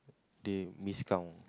they miscount